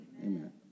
Amen